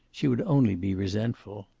she would only be resentful.